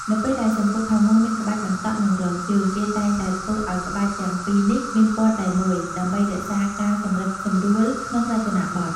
នៅពេលដែលសំពត់ផាមួងមានក្បាច់បន្តក់ និងរងជើង គេតែងតែធ្វើឲ្យក្បាច់ទាំងពីរនេះមានពណ៌តែមួយ ដើម្បីរក្សាការសម្រិតសម្រួលក្នុងរចនាប័ទ្ម។